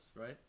right